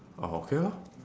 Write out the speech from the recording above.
oh okay lor